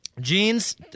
Jeans